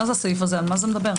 על מה הסעיף מדבר?